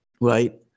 right